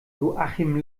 joachim